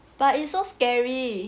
but it's so scary